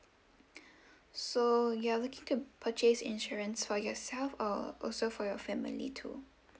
so you're looking to purchase insurance for yourself or also for your family too